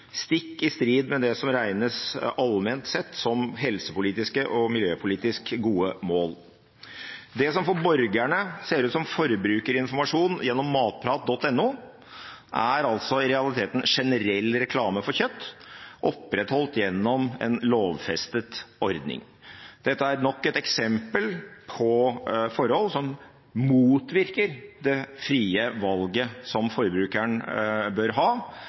stikk i strid med det som allment sett regnes som helsepolitisk og miljøpolitisk gode mål. Det som for borgerne ser ut som forbrukerinformasjon gjennom matprat.no, er altså i realiteten generell reklame for kjøtt, opprettholdt gjennom en lovfestet ordning. Dette er nok et eksempel på forhold som motvirker det frie valget som forbrukeren bør ha